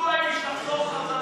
תנו לאיש לחזור חזרה,